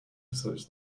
such